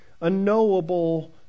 unknowable